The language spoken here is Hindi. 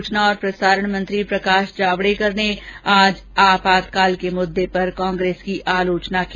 सूचना और प्रसारण मंत्री प्रकाश जावड़ेकर ने आज आपातकाल के मुद्दे पर कांग्रेस की आलोचना की